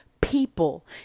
People